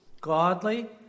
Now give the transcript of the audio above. godly